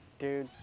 dude,